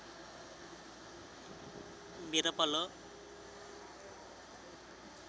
మిరప లో ఎక్కువ నీటి ని తట్టుకునే హైబ్రిడ్ విత్తనం వుందా?